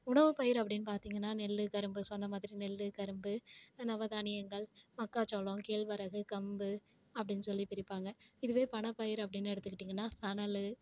உணவுப்பயிர் அப்டினு பார்த்திங்கன்னா நெல்லு கரும்பு சொன்ன மாதிரி நெல்லு கரும்பு நவ தானியங்கள் மக்காச்சோளம் கேழ்வரகு கம்பு அப்டினு சொல்லி பிரிப்பாங்க இதுவே பணப்பயிர் அப்படினு எடுத்துக்கிட்டிங்கன்னால் சணல்